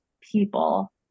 people